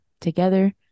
together